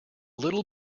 little